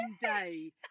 day